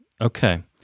Okay